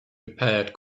repaired